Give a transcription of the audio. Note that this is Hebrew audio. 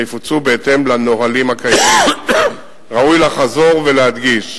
כביטוי, אגב, ליחסינו ולמדיניות הממשלה,